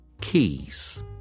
Keys